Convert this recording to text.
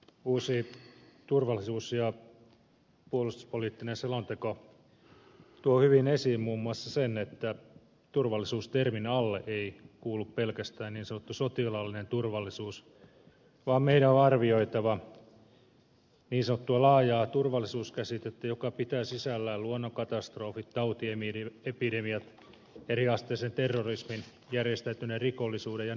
uusi turvallisuus ja puolustuspoliittinen selonteko tuo hyvin esiin muun muassa sen että turvallisuustermin alle ei kuulu pelkästään niin sanottu sotilaallinen turvallisuus vaan meidän on arvioitava niin sanottua laajaa turvallisuuskäsitettä joka pitää sisällään luonnonkatastrofit tautiepidemiat eriasteisen terrorismin järjestäytyneen rikollisuuden ja niin edelleen